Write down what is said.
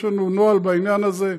יש לנו נוהל בעניין הזה,